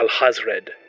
Alhazred